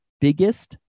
biggest